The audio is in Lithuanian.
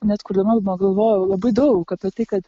net kurdama albumą galvojau labai daug apie tai kad